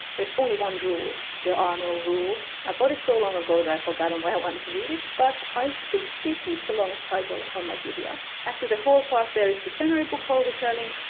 there's only one rule there are no rules. i bought it so long ago that i've forgotten why i wanted to read it, but i think this is the longest title on my tbr. as to the haul part, there is the january book haul which i linked,